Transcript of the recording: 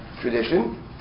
tradition